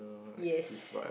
yes